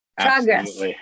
Progress